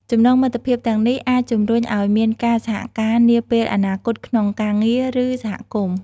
ចំណងមិត្តភាពទាំងនេះអាចជំរុញឲ្យមានការសហការនាពេលអនាគតក្នុងការងារ ឬសហគមន៍។